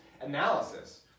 analysis